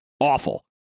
Awful